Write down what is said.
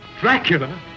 Dracula